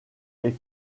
est